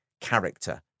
character